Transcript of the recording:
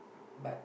but